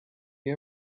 you